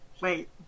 Wait